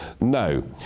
No